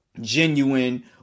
genuine